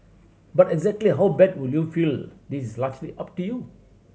but exactly how bad would you will feel is largely up to you